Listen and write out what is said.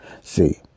See